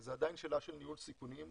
זאת עדיין שאלה של ניהול סיכונים,